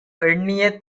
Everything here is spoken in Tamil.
எண்ணிய